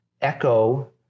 echo